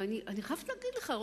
ואני חייבת להגיד לך,